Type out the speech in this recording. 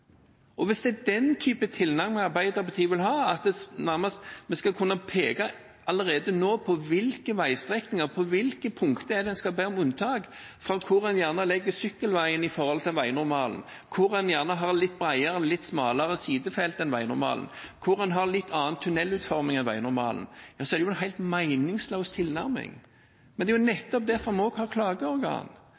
Hvis det er den typen tilnærming Arbeiderpartiet vil ha – at vi nærmest skal kunne peke allerede nå på hvilke veistrekninger og på hvilke punkter vi skal be om unntak fra hvor en gjerne legger sykkelveien i forhold til veinormalen, hvor en gjerne har litt bredere eller smalere sidefelt enn veinormalen, hvor en har litt annen tunnelutforming enn veinormalen, så er det en helt meningsløs tilnærming. Det er jo nettopp derfor vi har klageorgan,